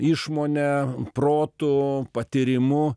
išmone protu patyrimu